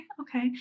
Okay